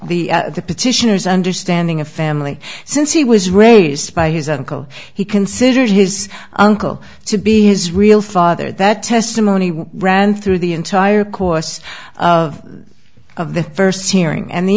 petitioners understanding of family since he was raised by his uncle he considered his uncle to be his real father that testimony ran through the entire course of the first hearing and the